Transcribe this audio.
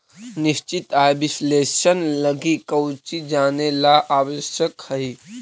निश्चित आय विश्लेषण लगी कउची जानेला आवश्यक हइ?